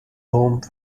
home